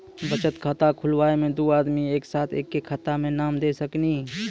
बचत खाता खुलाए मे दू आदमी एक साथ एके खाता मे नाम दे सकी नी?